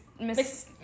Miss